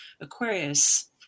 Aquarius